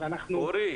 מחטאים,